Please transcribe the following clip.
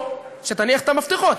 או שתניח את המפתחות.